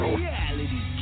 reality